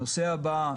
הנושא הבא,